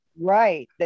right